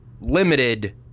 limited